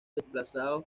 desplazados